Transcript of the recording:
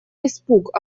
испуг